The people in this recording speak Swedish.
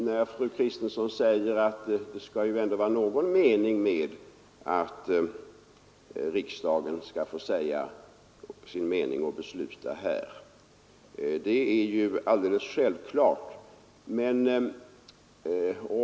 När fru Kristensson framhåller att det ändå skall vara någon mening med ett uttalande om att riksdagen skall få säga vad den tycker och fatta beslut, så är det alldeles självklart.